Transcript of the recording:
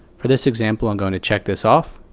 for this example, i'm going to check this off,